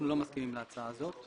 אנחנו לא מסכימים להצעה הזאת.